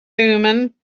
thummim